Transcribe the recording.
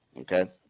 okay